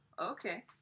Okay